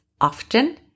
often